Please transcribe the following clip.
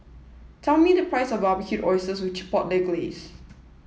tell me the price of Barbecued Oysters with Chipotle Glaze